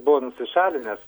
buvo nusišalinęs